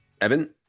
Evan